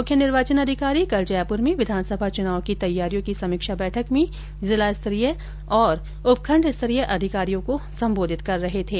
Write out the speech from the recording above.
मुख्य निर्वाचन अधिकारी कल जयप्र में विधानसभा चुनाव की तैयारियों की समीक्षा बैठक में जिला स्तरीय और उपखण्ड स्तरीय अधिकारियों को ्संबोधित कर रहे थे